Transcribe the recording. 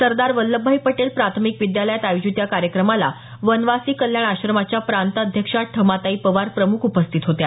सरदार वल्लभभाई पटेल प्राथमिक विद्यालयात आयोजित या कार्यक्रमाला वनवासी कल्याण आश्रमाच्या प्रांत अध्यक्षा ठमाताई पवार प्रमुख उपस्थित होत्या